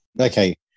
okay